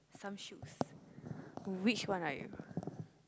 some shoes which one are you